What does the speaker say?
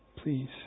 Please